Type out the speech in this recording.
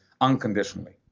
unconditionally